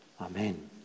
Amen